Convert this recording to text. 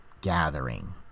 gathering